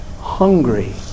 hungry